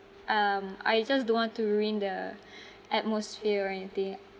um I just don't want to ruin the atmosphere or anything